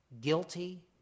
guilty